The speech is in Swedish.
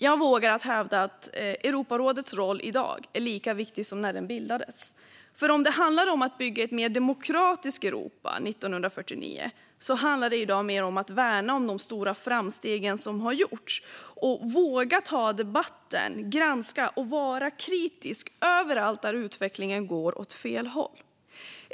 Jag vågar hävda att Europarådets roll i dag är lika viktig som när rådet bildades. Om det 1949 handlade om att bygga ett mer demokratiskt Europa handlar det i dag mer om att värna om de stora framsteg som gjorts och våga ta debatten, granska och vara kritisk överallt där utvecklingen går åt fel håll.